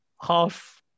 half